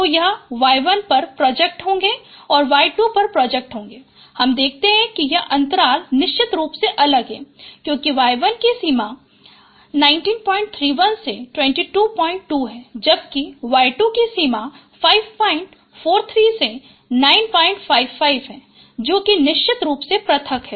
तो यह Y1 पर प्रोजेक्ट होगें और Y2 पर प्रोजेक्ट होगें और हम देखतें हैं कि यह अंतराल निशित रूप से अलग है क्योकिं Y1 की सीमा 1931 से 222 है जबकि Y2 की सीमा 543 से 955 है जो कि निशित रूप से पृथक है